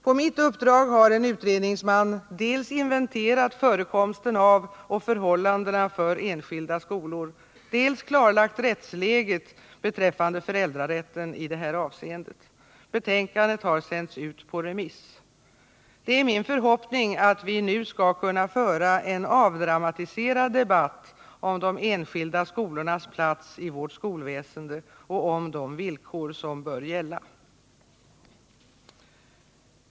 På mitt uppdrag har en utredningsman dels inventerat förekomsten av och förhållandena för enskilda skolor, dels klarlagt rättsligt beträffande föräldrarätten i detta avseende. Betänkandet har sänts ut på remiss. Det är min förhoppning att vi nu skall kunna föra en avdramatiserad debatt om de enskilda skolornas plats i vårt skolväsende och om de villkor som bör gälla.